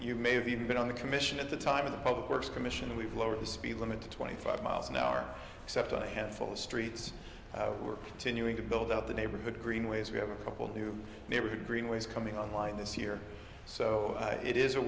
you may have even been on the commission at the time of the public works commission we've lowered the speed limit to twenty five miles an hour except on a handful streets we're continuing to build up the neighborhood greenways we have a couple new neighborhood greenways coming online this year so it is a